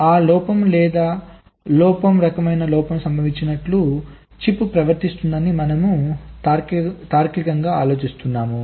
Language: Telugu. ఆ లోపం లేదా లోపం ఈ రకమైన లోపం సంభవించినట్లు చిప్ ప్రవర్తిస్తుందని మనము తార్కికంగా ఆలోచిస్తున్నాము